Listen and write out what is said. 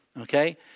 Okay